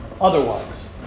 otherwise